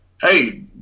hey